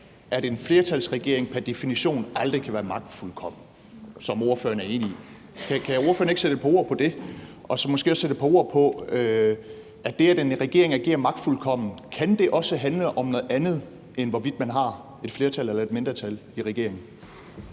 at en flertalsregering pr. definition aldrig kan være magtfuldkommen, hvad ordføreren er enig i? Kan ordføreren ikke sætte et par ord på det, og så måske også sætte et par ord på, om det, at en regering agerer magtfuldkomment, også kan handle om noget andet, end hvorvidt man har et flertal eller et mindretal i regeringen?